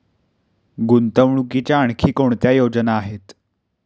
गुंतवणुकीच्या आणखी कोणत्या योजना आहेत?